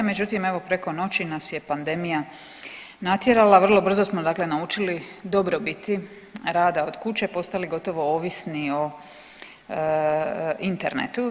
Međutim, evo preko noći nas je pandemija natjerala, vrlo brzo smo dakle naučili dobrobiti rada od kuće, postali gotovo ovisni o internetu.